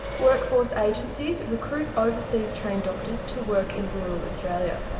workforce agencies recruit overseas trained doctors to work in rural australia.